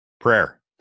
prayer